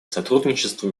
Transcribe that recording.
сотрудничеству